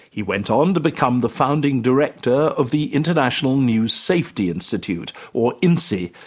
he went on to become the founding director of the international news safety institute, or insi,